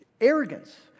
Arrogance